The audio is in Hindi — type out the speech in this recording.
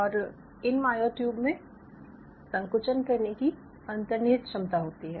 और इन मायोट्यूब में संकुचन करने की अन्तर्निहित क्षमता होती है